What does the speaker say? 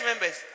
members